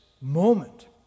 moment